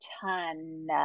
ton